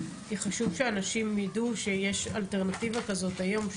כי חשוב שאנשים ידעו שיש אלטרנטיבה כזאת היום,